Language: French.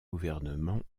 gouvernement